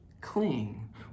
Cling